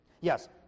Yes